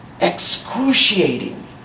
excruciating